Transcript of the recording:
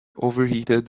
overheated